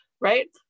right